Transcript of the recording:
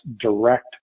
Direct